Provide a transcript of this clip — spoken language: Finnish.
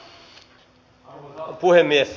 arvoisa puhemies